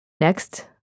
Next